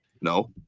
No